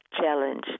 challenge